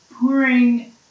pouring